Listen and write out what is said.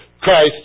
Christ